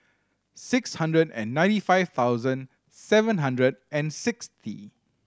six hundred and ninety five thousand seven hundred and sixty